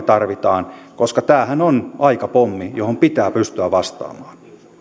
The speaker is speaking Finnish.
tarvitsemme koska tämähän on aikapommi johon pitää pystyä vastaamaan